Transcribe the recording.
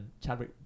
Chadwick